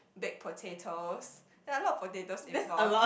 baked potatoes yea a lot of potatoes involved